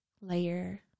layer